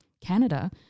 Canada